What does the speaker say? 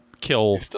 kill